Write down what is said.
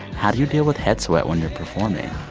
how do you deal with head sweat when you're performing?